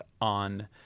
on